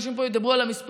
אנשים פה ידברו על המספרים,